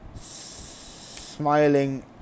smiling